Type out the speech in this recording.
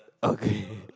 okay